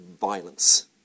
violence